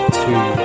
two